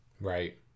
Right